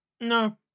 No